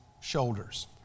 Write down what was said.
shoulders